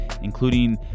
including